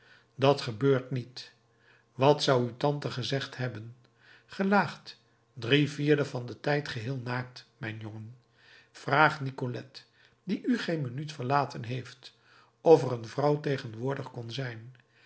dat gebeurt niet wat zou uw tante gezegd hebben ge laagt drie vierde van den tijd geheel naakt mijn jongen vraag nicolette die u geen minuut verlaten heeft of er een vrouw tegenwoordig kon zijn